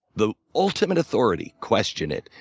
the ultimate authority, question it.